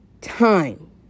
time